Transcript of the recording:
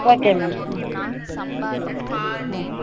okay ma'am ம்